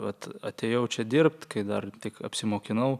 vat atėjau čia dirbt kai dar tik apsimokinau